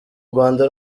rwanda